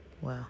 Wow